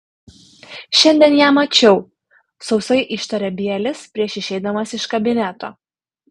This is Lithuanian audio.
šiandien ją mačiau sausai ištarė bielis prieš išeidamas iš kabineto